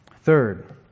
Third